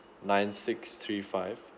nine six three five